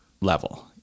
level